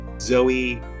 zoe